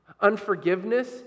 Unforgiveness